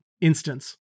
instance